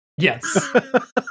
Yes